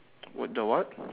w~ the what